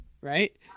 right